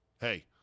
hey